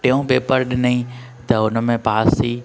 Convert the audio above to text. टियों पेपर ॾिनईं त हुन में पास थी